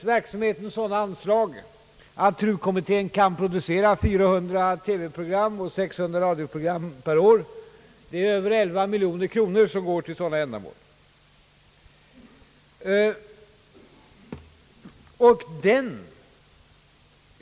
Verksamheten har fått sådana anslag att TRU-kommittén kan producera 400 TV-program och 600 radioprogram per år. Det är över 11 miljoner kronor som går till sådana ändamål.